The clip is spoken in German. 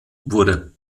wurde